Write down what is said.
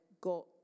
got